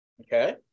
Okay